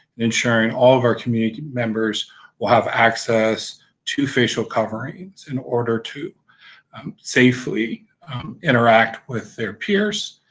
ensuring all of our community members will have access to facial coverings in order to safely interact with their peers,